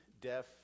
deaf